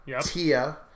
Tia